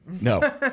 No